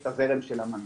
יש את הזרם של המנכ"ל,